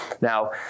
Now